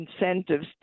incentives